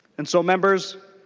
and so members